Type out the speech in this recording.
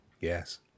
yes